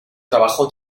trabajo